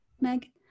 Meg